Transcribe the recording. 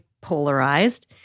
polarized—